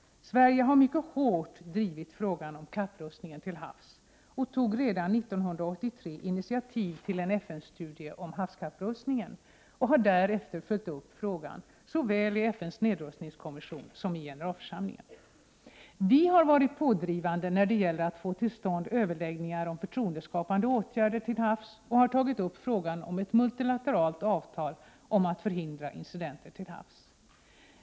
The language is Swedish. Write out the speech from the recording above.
Sverige har mycket hårt drivit frågan om kapprustningen till havs. Vi tog redan 1983 initiativ till en FN-studie om havskapprustningen och har därefter följt upp ärendet i såväl FN:s nedrustningskommission som i generalförsamlingen. Vi har varit pådrivande när det gäller att få till stånd överläggningar om förtroendeskapande åtgärder till havs och har tagit upp frågan om ett multilateralt avtal om att förhindra incidenter till havs.